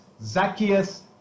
Zacchaeus